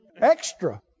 Extra